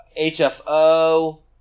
HFO